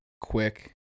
quick